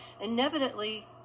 inevitably